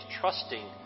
trusting